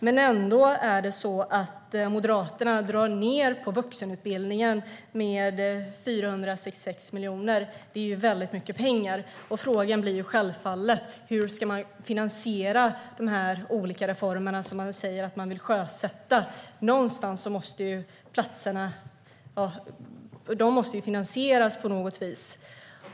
Men ändå drar Moderaterna ned på vuxenutbildningen med 466 miljoner. Det är väldigt mycket pengar. Frågan blir självfallet: Hur ska man finansiera de olika reformer som man säger att man vill sjösätta? Platserna måste finansieras på något vis.